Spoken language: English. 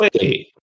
Wait